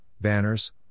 banners